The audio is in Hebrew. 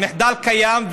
המחדל קיים,